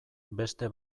beste